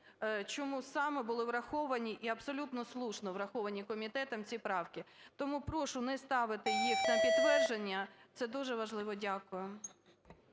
чому саме були враховані і абсолютно слушно враховані комітетом ці правки. Тому прошу не ставити їх на підтвердження. Це дуже важливо. Дякую.